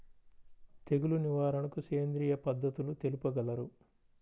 తెగులు నివారణకు సేంద్రియ పద్ధతులు తెలుపగలరు?